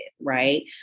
right